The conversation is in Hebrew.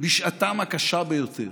בשעתם הקשה ביותר,